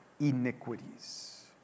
iniquities